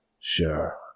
Sure